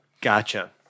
Gotcha